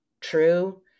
true